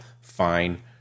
fine